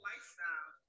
Lifestyle